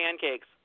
pancakes